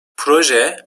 proje